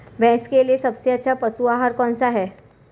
भैंस के लिए सबसे अच्छा पशु आहार कौनसा है?